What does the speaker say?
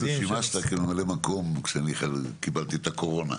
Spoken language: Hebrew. אפילו שימשת בממלא מקום כשאני קיבלתי את הקורונה,